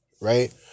Right